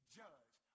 judge